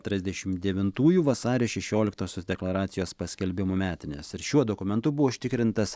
trisdešimt devintųjų vasario šešioliktosios deklaracijos paskelbimo metinės ir šiuo dokumentu buvo užtikrintas